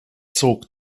zog